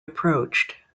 approached